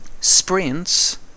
sprints